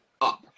up